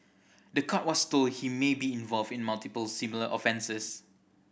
the court was told he may be involved in multiple similar offences